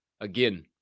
again